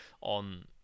on